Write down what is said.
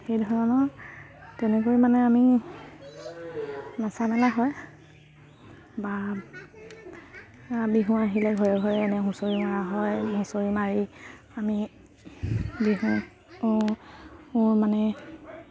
সেই ধৰণৰ তেনেকৈ মানে আমি মাচ মেলা হয় বা বিহু আহিলে ঘৰে ঘৰে এনে হুঁচৰি মৰা হয় হুঁচৰি মাৰি আমি বিহু মানে